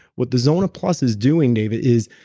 what the zona plus is doing dave is,